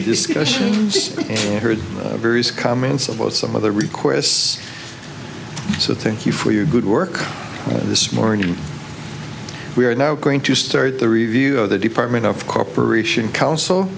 discussions heard various comments about some of the requests so thank you for your good work this morning we are now going to start the review of the department of cooperation coun